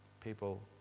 people